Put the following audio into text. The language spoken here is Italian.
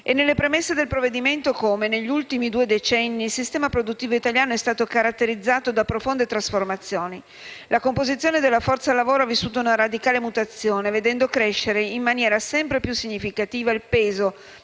È nelle premesse del provvedimento come negli ultimi due decenni il sistema produttivo italiano sia stato caratterizzato da profonde trasformazioni. La composizione della forza lavoro ha vissuto una radicale mutazione, vedendo crescere in maniera sempre più significativa il peso